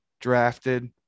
drafted